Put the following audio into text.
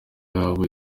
yabo